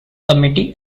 committee